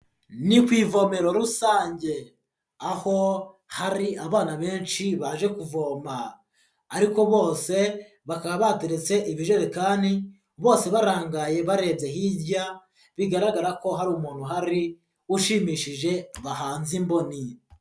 Ni ku ivomero rusange aho hari abana benshi baje kuvoma ariko bose bakaba bateretse ibijerekani bose barangaye barebye hirya bigaragara ko hari umuntu uhari ushimishije bahanze imboni.